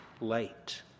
light